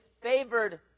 favored